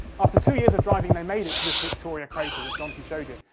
after two years of driving, they made it to this victoria crater that jonty showed you.